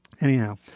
Anyhow